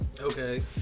okay